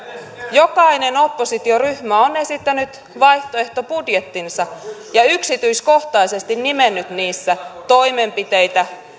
jokainen oppositioryhmä on esittänyt vaihtoehtobudjettinsa ja yksityiskohtaisesti nimennyt niissä toimenpiteitä